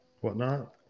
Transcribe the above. whatnot